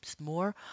more